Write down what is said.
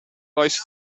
loïs